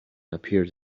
appeared